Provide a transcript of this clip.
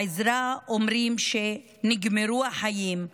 בעזה אומרים שנגמרו החיים.